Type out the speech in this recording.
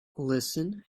listen